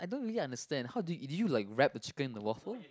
I don't really understand how do you eat did you like wrap the chicken in the waffle